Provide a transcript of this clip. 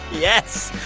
yes.